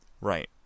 Right